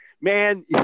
man